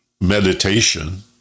meditation